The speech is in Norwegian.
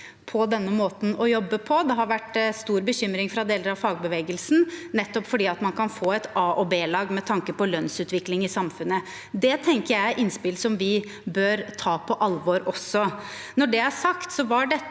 Det har vært stor bekymring fra deler av fagbevegelsen, nettopp fordi man kan få et A- og et B-lag med tanke på lønnsutvikling i samfunnet. Det tenker jeg er innspill vi bør ta på alvor også.